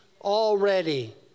already